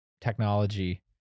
technology